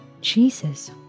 Jesus